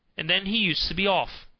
and then he used to be off.